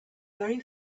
very